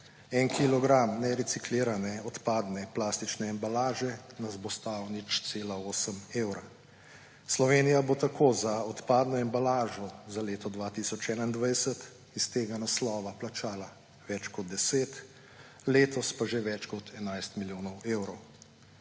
En kilogram nereciklirane odpadne plastične embalaže nas bo stal 0,8 evra. Slovenija bo tako za odpadno embalažo za leto 2021 iz tega naslova plačala več kot 10, letos pa že več kot 11 milijonov evrov.